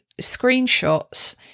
screenshots